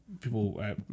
People